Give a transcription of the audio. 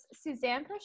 Suzanne